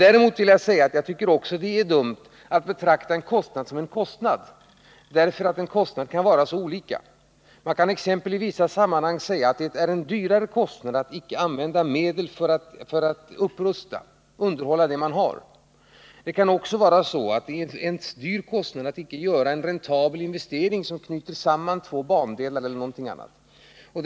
Även jag tycker att det är dumt att betrakta en kostnad som enbart en kostnad, eftersom en kostnad kan vara av så olika karaktär. I vissa sammanhang kan det exempelvis innebära en högre kostnad att icke använda medel för att upprusta eller underhålla det man har. Det kan också vara en hög kostnad att inte göra en räntabel investering som knyter samman exempelvis två bandelar.